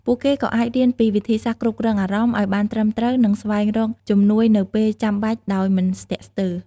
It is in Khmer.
ពួកគេក៏អាចរៀនពីវិធីសាស្ត្រគ្រប់គ្រងអារម្មណ៍ឱ្យបានត្រឹមត្រូវនិងស្វែងរកជំនួយនៅពេលចាំបាច់ដោយមិនស្ទាក់ស្ទើរ។